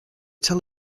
tell